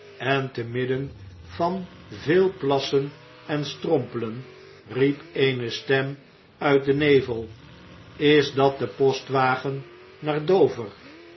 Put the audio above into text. en te midden van veel plassen en strompelen riep eene stem uit den nevel b is dat de postwagen naar dover